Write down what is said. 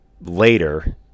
later